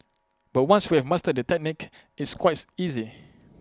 but once you have mastered the technique it's quite easy